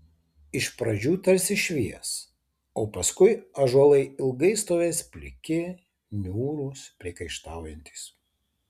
iš pradžių tarsi švies o paskui ąžuolai ilgai stovės pliki niūrūs priekaištaujantys